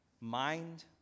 mind